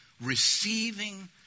receiving